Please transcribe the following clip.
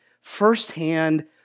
firsthand